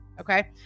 Okay